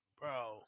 Bro